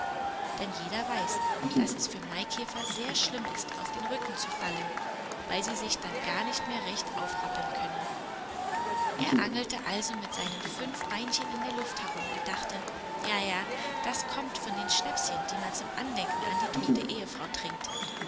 denn jeder weiß daß es für maikäfer sehr schlimm ist auf den rücken zu fallen weil sie sich dann gar nicht mehr recht aufrappeln können er angelte also mit seinen fünf beinchen in der luft herum und dachte ja ja das kommt von den schnäpschen die man zum andenken an die tote ehefrau trinkt